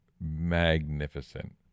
magnificent